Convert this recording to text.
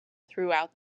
throughout